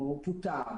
הוא פוטר,